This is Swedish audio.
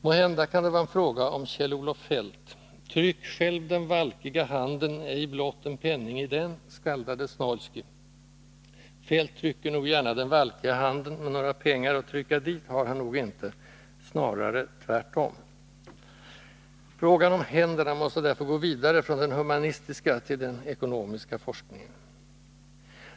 Möjligen kan det vara fråga om Kjell-Olof Feldt? ”Tryck själv den valkiga handen, ej blott en penning i den”, skaldade Snoilsky. Feldt trycker nog gärna den valkiga handen, men några pengar att trycka dit har han nog inte, snarare tvärtom. Frågan om händerna måste därför gå vidare från den humanistiska till den ekonomiska forskningen.